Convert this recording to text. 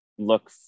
look